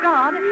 God